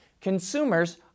consumers